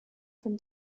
from